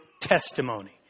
testimony